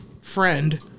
friend